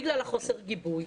בגלל חוסר הגיבוי,